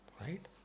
Right